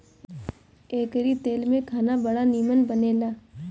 एकरी तेल में खाना बड़ा निमन बनेला